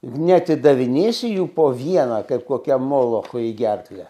neatidavinėsi jų po vieną kaip kokiam molochui į gerklę